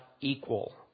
equal